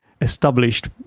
established